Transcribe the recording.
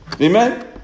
Amen